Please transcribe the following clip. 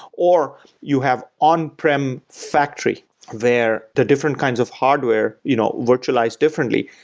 or you have on-prem factory there. the different kinds of hardware you know virtualized differently.